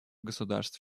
государств